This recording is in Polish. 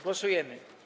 Głosujemy.